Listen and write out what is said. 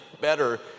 better